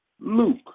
Luke